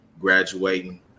graduating